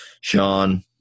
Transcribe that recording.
Sean